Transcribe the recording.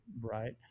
Right